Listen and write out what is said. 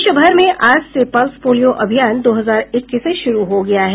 देशभर में आज से पल्स पोलियो अभियान दो हजार इक्कीस शुरू हो गया है